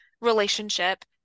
relationship